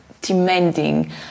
demanding